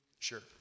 Sure